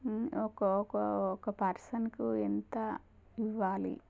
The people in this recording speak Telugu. ఒక ఒక ఒక పర్సన్కు ఎంత ఇవ్వాలి